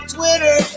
Twitter